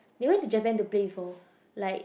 they went to Japan to play for like